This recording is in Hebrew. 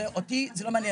אותי זה לא מעניין.